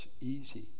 easy